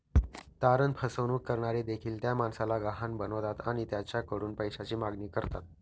तारण फसवणूक करणारे देखील त्या माणसाला गहाण बनवतात आणि त्याच्याकडून पैशाची मागणी करतात